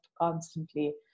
constantly